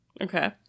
Okay